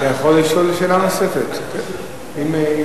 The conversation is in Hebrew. אתה יכול לשאול שאלה נוספת, בבקשה.